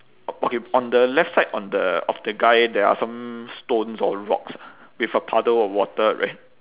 okay on the left side on the of the guy there are some stones or rocks with a puddle of water right